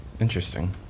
Interesting